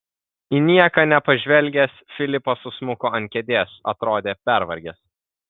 į nieką nepažvelgęs filipas susmuko ant kėdės atrodė pervargęs